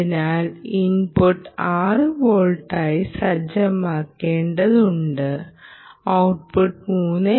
അതിനാൽ ഇൻപുട്ട് 6 വോൾട്ടായി സജ്ജമാക്കിയിട്ടുണ്ടെന്നും ഔട്ട്പുട്ട് 3